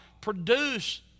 produce